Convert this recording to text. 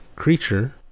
creature